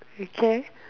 we can